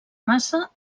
massa